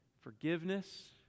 forgiveness